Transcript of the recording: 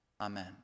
Amen